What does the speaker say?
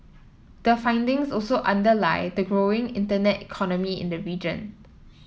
the findings also underlie the growing internet economy in the region